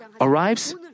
arrives